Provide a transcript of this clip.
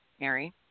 Mary